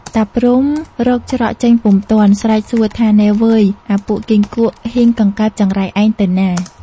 តាព្រហ្មរកច្រកចេញពុំទាន់ ស្រែកសួរថា” នៃវ៉ឺយ! អាពួកគីង្គក់ ហ៊ីងកង្កែប ចង្រៃ ឯងទៅណា ? ”។